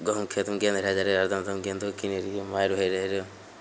गहुमके खेतमे गेंद हेराय जाइ रहय हरदम हम गेंदो कीनय रहियै मारि होइ रहय रऽ